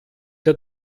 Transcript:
der